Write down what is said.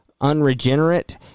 unregenerate